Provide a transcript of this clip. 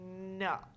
no